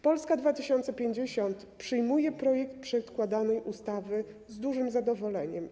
Polska 2050 przyjmuje projekt przedkładanej ustawy z dużym zadowoleniem.